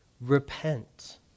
repent